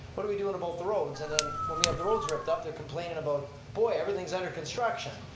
what are we doing about the roads? and then when we have the roads ripped up, they're complaining about boy, everything's under construction.